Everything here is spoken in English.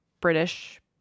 British